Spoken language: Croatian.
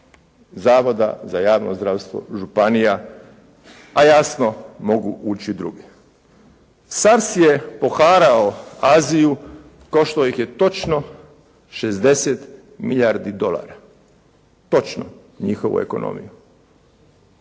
Zavoda za javno zdravstvo županija, a jasno mogu ući druge. Sars je poharao Aziju. Koštao ih je točno 60 milijardi dolara. Točno njihovu ekonomiju.